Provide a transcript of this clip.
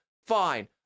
Fine